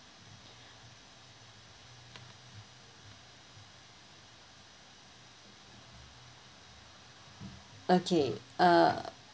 okay uh